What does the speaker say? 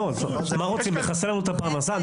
רוצים לחסל לנו את הפרנסה?